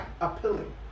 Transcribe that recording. appealing